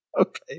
Okay